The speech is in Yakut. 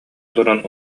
олорон